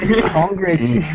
Congress